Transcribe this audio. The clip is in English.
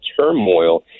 turmoil